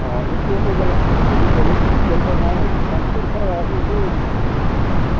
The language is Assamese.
অঁ সেইটোৱে কৰিব লাগিব নহ'লে বেলেগ বিকল্প নাই আৰু কাৰণ পইচা আয় কৰিব